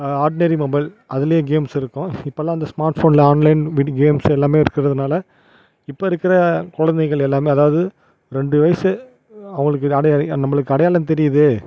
ordinary mobile அதில் games இருக்கும் இப்போல்லாம் அந்த ஸ்மார்ட் ஃபோனில் ஆன்லைன் கேம்ஸ் எல்லாமே இருக்கிறதுனால இப்போது இருக்கிற குழந்தைகள் எல்லாமே அதாவுது ரெண்டு வயசு அவர்களுக்கு இது நம்பளுக்கு அடையாளம் தெரியுது